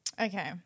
okay